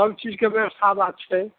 सब चीजके व्यवस्था बात छै